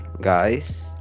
guys